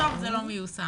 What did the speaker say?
אנחנו כמובן רוצים ליישם